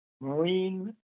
Marine